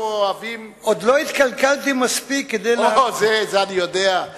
אוהבים, עוד לא התקלקלתי מספיק, את זה אני יודע.